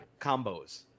Combos